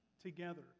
together